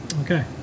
Okay